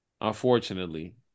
unfortunately